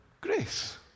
grace